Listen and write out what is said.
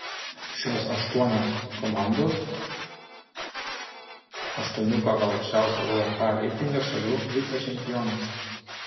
šios aštuonios komandos aštuonių pagal aukščiausią uefa reitingą šalių vicečempionės